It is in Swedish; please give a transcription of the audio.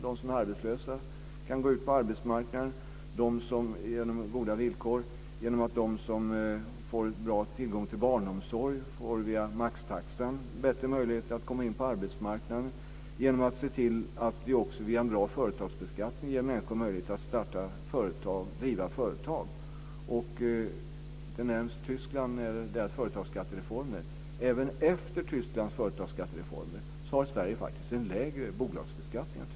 De som är arbetslösa kan gå ut på arbetsmarknaden genom goda villkor - genom att de som får bra tillgång till barnomsorg via maxtaxan får bättre möjligheter att komma in på arbetsmarknaden, genom att se till att vi också via en bra företagsbeskattning ger människor möjlighet att starta och driva företag. Tyskland nämns när det gäller företagsskattereformer. Även efter Tysklands företagsskattereformer har Sverige faktiskt en lägre bolagsbeskattning än